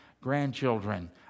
grandchildren